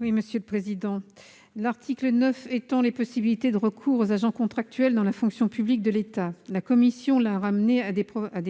la commission ? L'article 9 étend les possibilités de recours aux agents contractuels dans la fonction publique de l'État. La commission l'a ramené à des